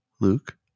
Luke